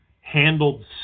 handled